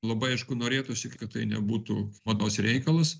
labai aišku norėtųsi kad tai nebūtų mados reikalas